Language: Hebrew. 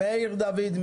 מאיר דוד,